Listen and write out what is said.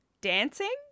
dancing